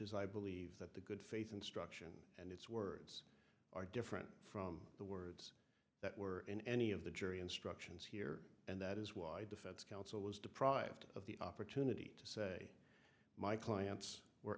is i believe that the good faith instruction and its words are different from the words that were in any of the jury instructions here and that is why defense counsel was deprived of the opportunity to say my clients were